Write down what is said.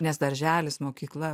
nes darželis mokykla